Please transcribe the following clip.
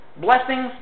blessings